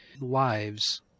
lives